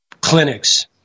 clinics